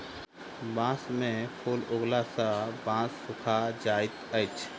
बांस में फूल उगला सॅ बांस सूखा जाइत अछि